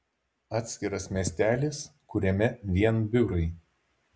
atskiras miestelis kuriame vien biurai